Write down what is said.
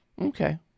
Okay